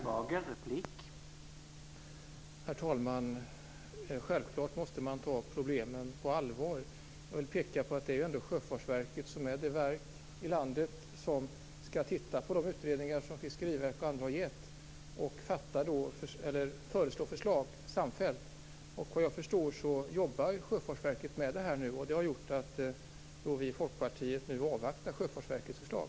Herr talman! Självfallet måste man ta problemen på allvar. Jag vill peka på att det ändå är Sjöfartsverket som är det verk i landet som skall titta på de utredningar som Fiskeriverket och andra har gjort och lämna förslag. Såvitt jag förstår jobbar Sjöfartsverket nu med detta. Det har gjort att vi i Folkpartiet avvaktar Sjöfartsverkets förslag.